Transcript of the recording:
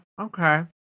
Okay